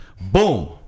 Boom